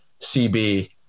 cb